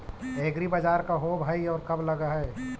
एग्रीबाजार का होब हइ और कब लग है?